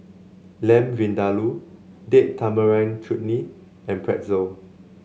Lamb Vindaloo Date Tamarind Chutney and Pretzel